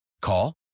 Call